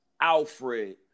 Alfred